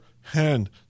hand